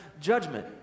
judgment